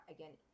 Again